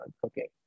cooking